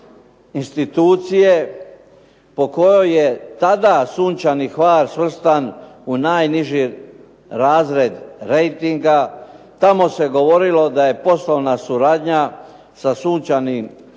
institucije, po kojoj je tada "Sunčani Hvar" svrstan u najniži razred reitinga. Tamo se govorilo da je poslovna suradnja sa "Sunčanim Hvarom"